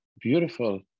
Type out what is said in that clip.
Beautiful